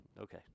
okay